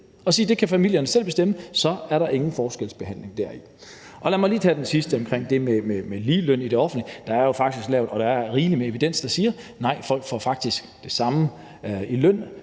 og sige, at det kan familierne selv bestemme; så er der ingen forskelsbehandling dér. Og lad mig lige tage den sidste omkring det med ligeløn i det offentlige: Der er jo faktisk rigelig med evidens, der siger, at folk faktisk får det samme i løn,